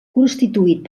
constituït